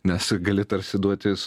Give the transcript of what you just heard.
nes gali tarsi duotis